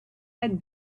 had